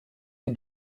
sie